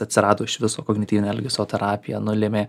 atsirado iš viso kognityvinė elgesio terapija nulėmė